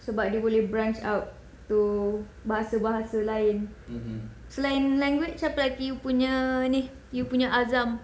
sebab dia boleh branch out to bahasa-bahasa lain selain language to apa lagi you punya ni you punya azam